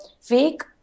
fake